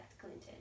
Clinton